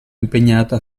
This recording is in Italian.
impegnata